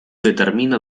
determina